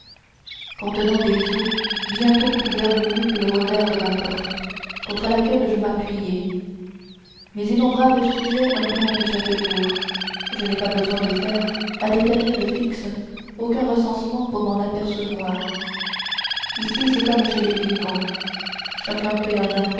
contenant des os bientôt plus vermoulus que le revers de ma porte contre laquelle je m'appuyai mes innombrables sujets augmentent chaque jour je n'ai pas besoin de faire à des périodes fixes aucun recensement pour m'en apercevoir ici c'est comme chez les vivants chacun paie un